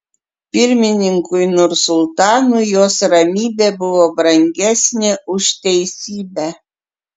pirmininkui nursultanui jos ramybė buvo brangesnė už teisybę